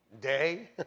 day